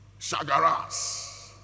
shagaras